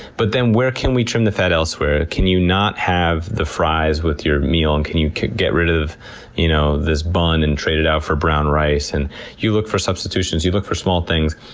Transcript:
but then where can we trim the fat elsewhere? can you not have the fries with your meal? and can you get rid of you know this bun and trade it out for brown rice? and you look for substitutions, you look for small things,